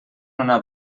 una